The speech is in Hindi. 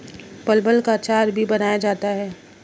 परवल का अचार भी बनाया जाता है